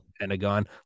Pentagon